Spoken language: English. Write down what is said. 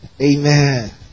Amen